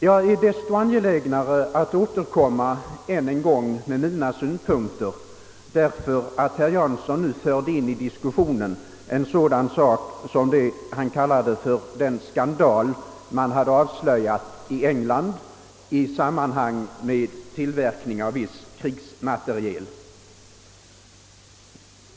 Jag är desto angelägnare att återkomma än en gång med mina synpunkter som herr Jansson nu förde in i diskussionen vad han kallade den skandal man hade avslöjat i England i samband med tillverkning av viss krigsmateriel.